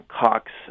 Cox